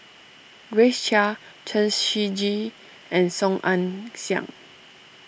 Grace Chia Chen Shiji and Song Ong Siang